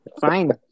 Fine